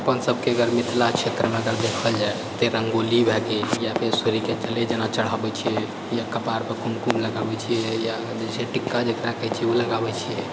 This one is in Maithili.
अपन सभके अगर मिथिला क्षेत्रमे देखल जाइ तऽ रङ्गोली भए गेल या फिर सूर्यके जले जेना चढ़ाबय छियै या कपार पर कुमकुम लगाबै छियै या जेछै टीका जेकरा कहै छै ओ लगाबै छियै